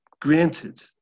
granted